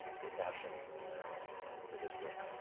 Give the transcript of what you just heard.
your passion for this work,